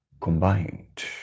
combined